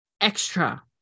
extra